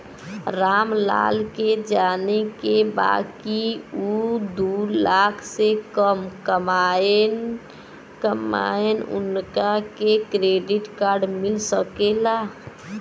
राम लाल के जाने के बा की ऊ दूलाख से कम कमायेन उनका के क्रेडिट कार्ड मिल सके ला?